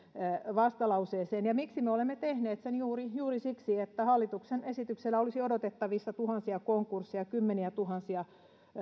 vastalauseeseen ja miksi me olemme tehneet sen juuri juuri siksi että hallituksen esityksellä olisi odotettavissa tuhansia konkursseja kymmeniätuhansia